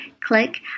click